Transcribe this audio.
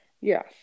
Yes